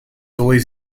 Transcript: always